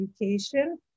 education